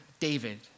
David